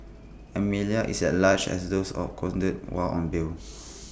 Amelia is at large as those absconded while on bail